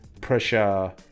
pressure